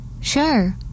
Sure